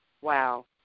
Wow